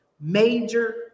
major